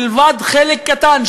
מלבד חלק קטן,